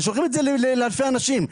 ושולחים את זה לאלפי אנשים.